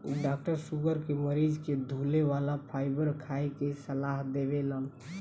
doctor sugar के मरीज के धुले वाला फाइबर खाए के सलाह देवेलन